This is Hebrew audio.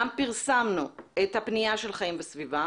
גם פרסמנו את הפנייה של חיים וסביבה